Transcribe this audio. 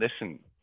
listen